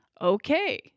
okay